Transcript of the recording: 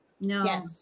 no